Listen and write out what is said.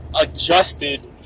adjusted